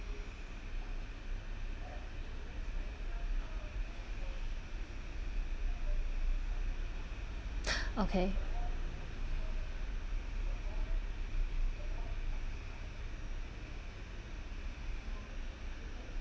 okay